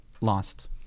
lost